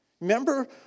Remember